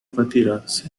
retirarse